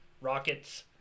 rockets